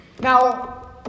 Now